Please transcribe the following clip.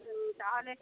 হুম তাহলে